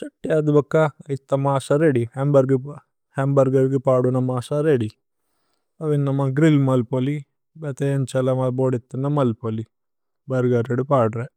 ഛ്ഹത്തേ। ആദു ബക്ക ഐത്തു മാസ രേഅദ്യ് ഹമ്ബര്ഗു। ഹമ്ബര്ഗര്ഗു പാദു ന മാസ രേഅദ്യ് ഏവന്। ന മാ ഗ്രില്ല് മല് പോദി വേഥേ ഏന്ഛല മാ। ബോദി ഇത്ത ന മല് പോദി ബര്ഗര്ദു പാദുരേ।